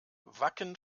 wacken